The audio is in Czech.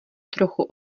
trochu